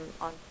on